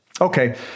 Okay